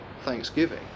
thanksgiving